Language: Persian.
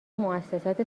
موسسات